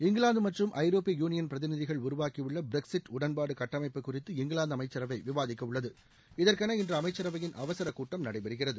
இங்கிலாந்து மற்றும் ஐரோப்பிய யூனியன் பிரதிநிதிகள் உருவாக்கியுள்ள பிரக்ஸிட் உடன்பாடு கட்டமைப்பு குறித்து இங்கிலாந்து அமைச்சரவை விவாதிக்கவுள்ளது இதற்கென இன்று அமைச்சரவையின் அவசரக் கூட்டம் நடைபெறுகிறது